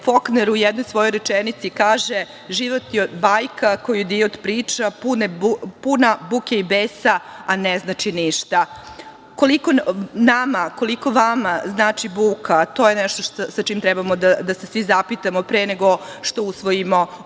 Fokner u jednoj svojoj rečenici kaže – život je bajka koju idiot priča, puna buke i besa, a ne znači ništa. Koliko nama, koliko vama znači buka, to je nešto sa čime treba da se svi zapitamo pre nego što usvojimo ovaj